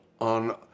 on